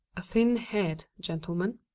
a thin-haired gentleman.